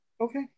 Okay